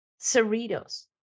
Cerritos